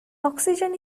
oxygen